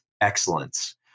excellence